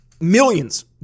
millions